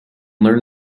learn